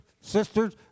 sisters